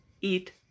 eat